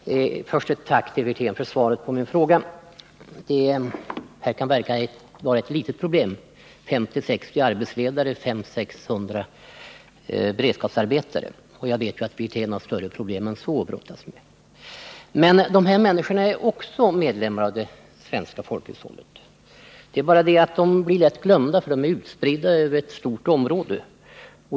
Herr talman! Först ett tack till Rolf Wirtén för svaret på min fråga. Det här kan verka vara ett litet problem — det gäller 50 å 60 arbetsledare och 500 å 600 beredskapsarbetare. Jag vet ju att Rolf Wirtén har större problem än så att brottas med. Men de här människorna är också medlemmar av det svenska folkhushållet. De blir emellertid lätt bortglömda eftersom de är utspridda över stora områden.